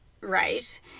right